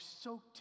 soaked